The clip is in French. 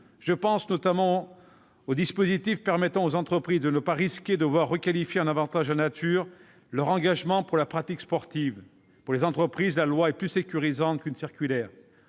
Je pense notamment au dispositif permettant aux entreprises de ne pas risquer de voir requalifier en avantage en nature leur engagement pour la pratique sportive. Pour les entreprises, la loi est plus sécurisante qu'une circulaire.